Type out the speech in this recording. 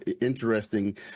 interesting